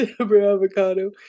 avocado